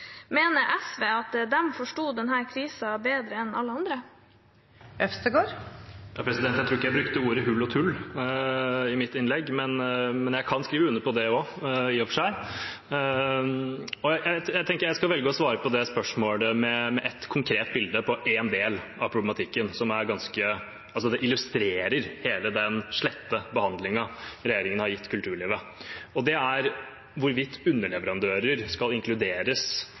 Mener SV at de forsto denne krisen bedre enn alle andre? Jeg tror ikke jeg brukte ordene «hull og tull» i mitt innlegg, men jeg kan skrive under på det også, i og for seg. Jeg velger å svare på det spørsmålet med et konkret bilde på en del av problematikken, som illustrerer hele den slette behandlingen regjeringen har gitt kulturlivet, og det er hvorvidt underleverandører skal inkluderes